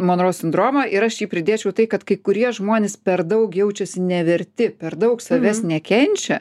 monro sindromą ir aš jį pridėčiau tai kad kai kurie žmonės per daug jaučiasi neverti per daug savęs nekenčia